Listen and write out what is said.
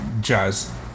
Jazz